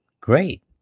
great